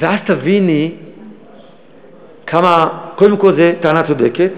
ואז תביני כמה קודם כול זו טענה צודקת.